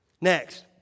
Next